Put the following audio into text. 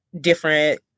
different